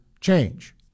change